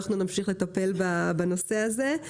אנחנו נמשיך לטפל בנושא הזה.